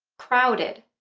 crowded,